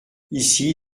ici